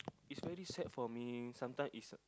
is very sad for me sometimes is